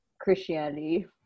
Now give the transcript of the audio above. Christianity